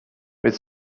mit